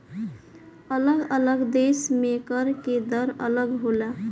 अलग अलग देश में कर के दर अलग होला